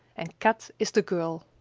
and kat is the girl.